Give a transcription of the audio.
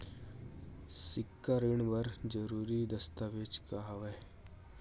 सिक्छा ऋण बर जरूरी दस्तावेज का हवय?